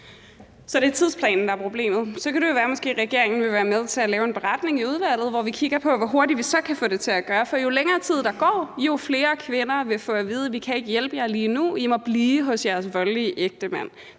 Så det er tidsplanen, der er problemet? Så kan det jo måske være, regeringen vil være med til at lave en beretning i udvalget, hvor vi kigger på, hvor hurtigt vi så kan få det til at ske. For jo længere tid der går, jo flere kvinder vil få at vide: Vi kan ikke hjælpe jer lige nu – I må blive hos jeres voldelige ægtemænd.